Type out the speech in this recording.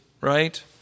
right